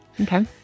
Okay